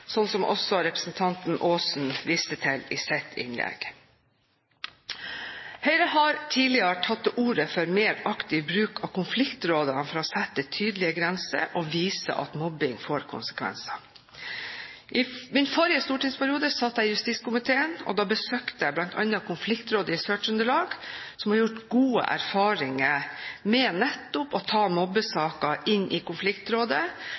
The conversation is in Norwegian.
som også representanten Aasen viste til i sitt innlegg. Høyre har tidligere tatt til orde for mer aktiv bruk av konfliktrådene for å sette tydelige grenser og vise at mobbing får konsekvenser. I min forrige stortingsperiode satt jeg i justiskomiteen. Da besøkte jeg bl.a. konfliktrådet i Sør-Trøndelag, som har gjort gode erfaringer med nettopp å ta mobbesaker inn i konfliktrådet.